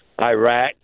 Iraq